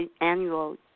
annual